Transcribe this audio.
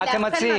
לאבחן מה?